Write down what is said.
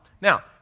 Now